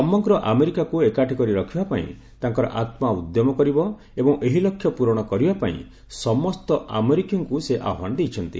ସମଗ୍ର ଆମେରିକାକୁ ଏକାଠି କରି ରଖିବାପାଇଁ ତାଙ୍କର ଆତ୍କା ଉଦ୍ୟମ କରିବ ଏବଂ ଏହି ଲକ୍ଷ୍ୟ ପ୍ରରଣ କରିବାପାଇଁ ସମସ୍ତ ଆମେରିକୀୟଙ୍କୁ ସେ ଆହ୍ୱାନ ଦେଇଛନ୍ତି